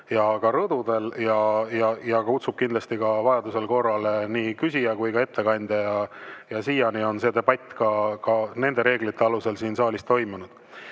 ja ka rõdudel ja kutsub kindlasti vajadusel korrale nii küsija kui ka ettekandja. Siiani on see debatt nende reeglite alusel siin saalis ka toimunud. Lauri